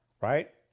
right